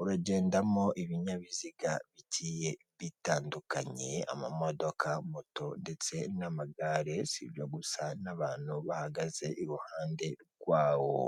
uragendamo ibinyabiziga bigiye bitandukanye; amamodoka, moto, ndetse n'amagare, si ibyo gusa, n'abantu bahagaze iruhande rwawo.